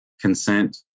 consent